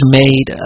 made